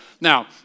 Now